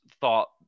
thought